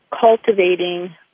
cultivating